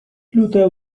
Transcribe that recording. luther